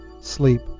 sleep